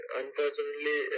unfortunately